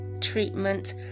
treatment